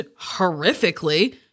horrifically